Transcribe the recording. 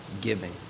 giving